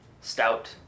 stout